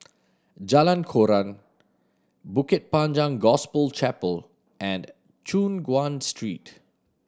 Jalan Koran Bukit Panjang Gospel Chapel and Choon Guan Street